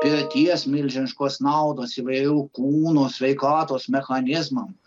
pirties milžiniškos naudos įvairų kūno sveikatos mechanizmam